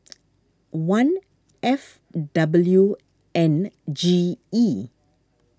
one F W N G E